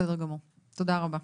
בסדר גמור, תודה רבה.